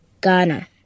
Ghana